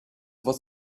was